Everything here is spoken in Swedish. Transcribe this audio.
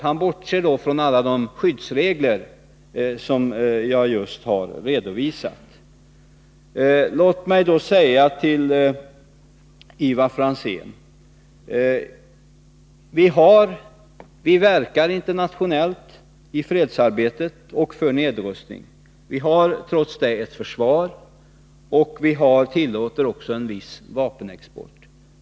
Han bortser då från alla de skyddsregler som jag just har redovisat. Vi verkar internationellt, Ivar Franzén, i fredsarbetet och för nedrustning. Vi har trots det ett försvar, och vi tillåter viss vapenexport.